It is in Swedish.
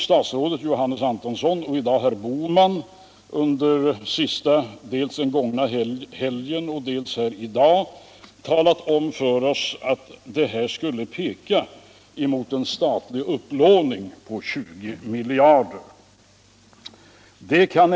Statsrådet Johannes Antonsson och statsrådet Gösta Bohman har dels under den gångna helgen, dels här i dag talat om för oss att detta skulle peka mot en statlig upplåning på 20 miljarder.